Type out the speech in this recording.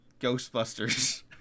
Ghostbusters